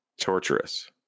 torturous